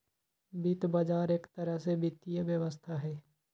वित्त बजार एक तरह से वित्तीय व्यवस्था हई